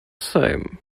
same